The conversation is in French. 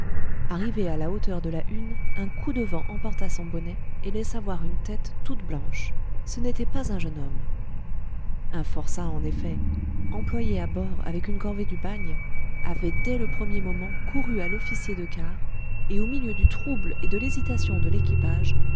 arrivé à la hauteur de la hune un coup de vent emporta son bonnet et laissa voir une tête toute blanche ce n'était pas un jeune homme un forçat en effet employé à bord avec une corvée du bagne avait dès le premier moment couru à l'officier de quart et au milieu du trouble et de l'hésitation de l'équipage